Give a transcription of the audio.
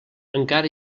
encara